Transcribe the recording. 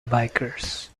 bikers